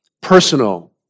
Personal